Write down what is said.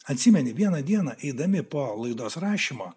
atsimeni vieną dieną eidami po laidos rašymo